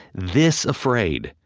this afraid